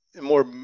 more